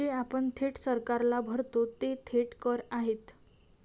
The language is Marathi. जे आपण थेट सरकारला भरतो ते थेट कर आहेत